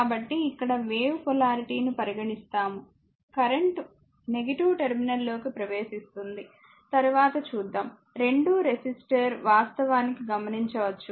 కాబట్టి ఇక్కడ wave polarity ను పరిగణిస్తాము కరెంట్ టెర్మినల్ లోకి ప్రవేశిస్తుంది తరువాత చూద్దాం రెండూ రెసిస్టర్ వాస్తవానికి గమనించవచ్చు